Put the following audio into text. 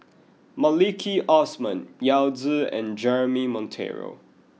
Maliki Osman Yao Zi and Jeremy Monteiro